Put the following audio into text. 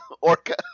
orca